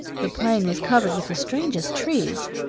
the plain was covered with the strangest trees,